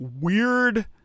weird